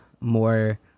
more